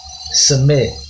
Submit